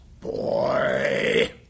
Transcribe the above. Boy